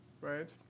right